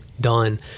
done